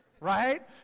right